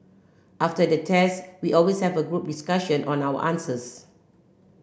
after the test we always have a group discussion on our answers